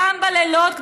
גם בלילות,